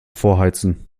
vorheizen